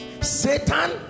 Satan